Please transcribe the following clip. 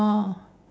oh